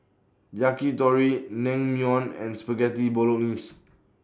Yakitori Naengmyeon and Spaghetti Bolognese